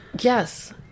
Yes